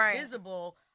visible